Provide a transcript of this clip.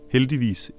Heldigvis